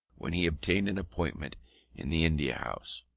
when he obtained an appointment in the india house.